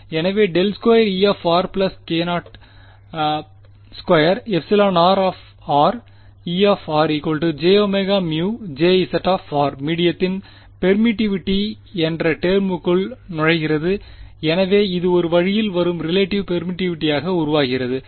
எனவே ∇2E k0 2εrE jωμ Jz மீடியத்தின் permittivity k என்ற டெர்முக்குள் நுழைகிறது எனவே இது ஒரு வழியில் வரும் ரிலேட்டிவ் பெர்மிட்டிவிட்டியாக உருவாகிறது